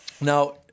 Now